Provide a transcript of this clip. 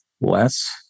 less